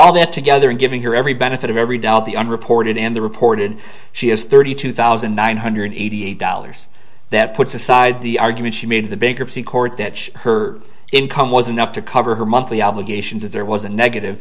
all that together and giving her every benefit of every doubt the unreported and the reported she has thirty two thousand nine hundred eighty eight dollars that puts aside the argument she made the bankruptcy court that her income was enough to cover her monthly obligations if there was a negative